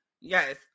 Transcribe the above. Yes